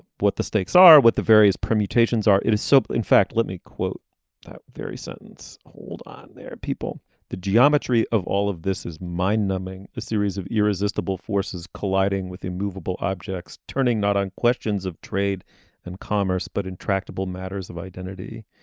what the stakes are what the various permutations are. it is simple so in fact let me quote that very sentence. hold on there people the geometry of all of this is mind numbing. a series of irresistible forces colliding with immovable objects turning not on questions of trade and commerce but intractable matters of identity.